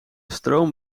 stroom